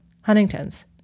Huntington's